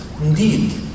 Indeed